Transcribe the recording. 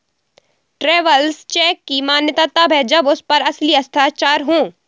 travellers cheque की मान्यता तब है जब उस पर असली हस्ताक्षर हो